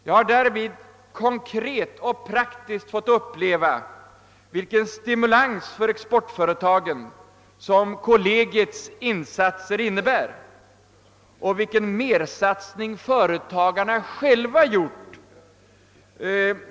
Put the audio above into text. Jag har därvid konkret och praktiskt fått uppleva vilken stimulans för exportföretagen kollegiets insatser innebär och vilken mersatsning företagarna själva gjort.